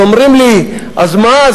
אז אומרים לי: אז מה?